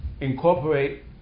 incorporate